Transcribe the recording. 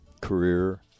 career